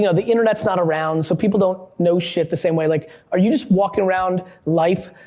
you know the internet's not around, so people don't know shit the same way, like are you just walking around life,